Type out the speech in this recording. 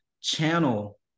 channel